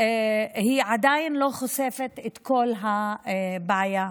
עדיין לא חושפת את כל הבעיה.